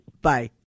Bye